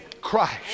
Christ